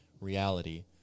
reality